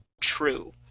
true